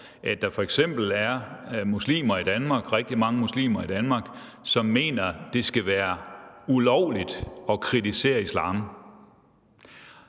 at der f.eks. er muslimer i Danmark, rigtig mange muslimer, som mener, at det skal være ulovligt at kritisere islam.